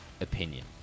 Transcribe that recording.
opinion